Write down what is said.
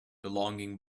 belonging